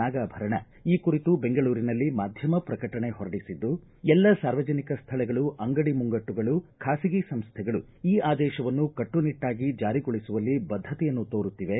ನಾಗಾಭರಣ ಈ ಕುರಿತು ಬೆಂಗಳೂರಿನಲ್ಲಿ ಮಾಧ್ಯಮ ಪ್ರಕಟಣೆ ಹೊರಡಿಸಿದ್ದು ಎಲ್ಲಾ ಸಾರ್ವಜನಿಕ ಸ್ಥಳಗಳು ಅಂಗಡಿ ಮುಂಗಟ್ಟುಗಳು ಖಾಸಗಿ ಸಂಸ್ಥೆಗಳು ಈ ಆದೇಶವನ್ನು ಕಟ್ಟುನಿಟ್ಟಾಗಿ ಜಾರಿಗೊಳಿಸುವಲ್ಲಿ ಬದ್ಧತೆಯನ್ನು ತೋರುತ್ತಿವೆ